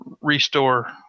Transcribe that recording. restore